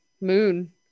moon